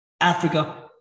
africa